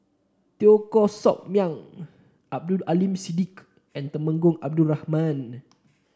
Teo Koh Sock Miang Abdul Aleem Siddique and Temenggong Abdul Rahman